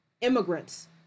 immigrants